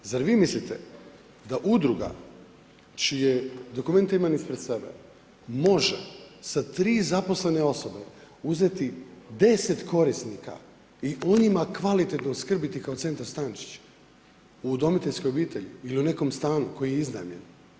Zar vi mislite da udruga čije dokumente imam ispred sebe, može sa 3 zaposlene osobe uzeti 10 korisnika i o njima kvalitetno skrbiti kao centar Stančić u udomiteljskoj obitelji ili u nekom stanu koji je iznajmljen?